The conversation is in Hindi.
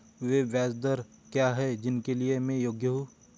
वे ब्याज दरें क्या हैं जिनके लिए मैं योग्य हूँ?